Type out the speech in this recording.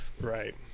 Right